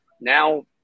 Now